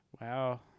Wow